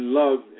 love